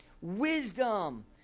wisdom